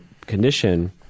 condition